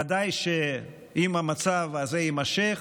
ודאי שאם המצב הזה יימשך,